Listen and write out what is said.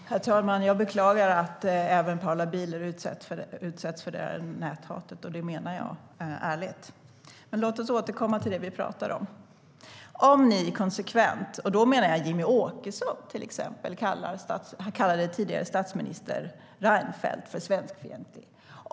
Herr talman! Jag beklagar att även Paula Bieler utsätts för näthat. Det menar jag ärligt. Men låt oss återkomma till det vi pratar om. Jimmie Åkesson kallade till exempel den tidigare statsministern Reinfeldt för svenskfientlig.